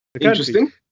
Interesting